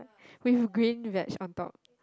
with green veg on top